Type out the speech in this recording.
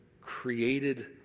created